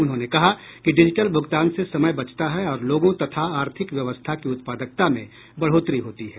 उन्होंने कहा कि डिजिटल भुगतान से समय बचता है और लोगों तथा आर्थिक व्यवस्था की उत्पादकता में बढोतरी होती है